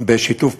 בשיתוף פעולה,